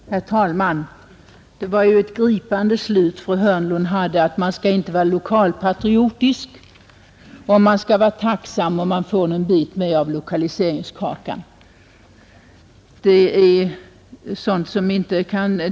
Herr talman! Det var ett gripande slut fru Hörnlund hade på sitt anförande: man skall inte vara lokalpatriot, och man skall vara tacksam om man får någon bit med av lokaliseringskakan!